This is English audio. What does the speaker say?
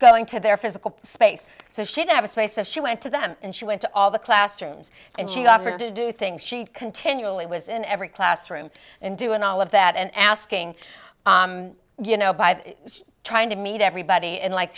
going to their physical space so she did have a space so she went to them and she went to all the classrooms and she offered to do things she continually was in every classroom and doing all of that and asking you know by trying to meet everybody in like